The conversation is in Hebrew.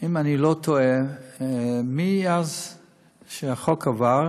אם אני לא טועה, מאז שהחוק עבר,